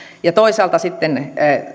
toisaalta sitten